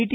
T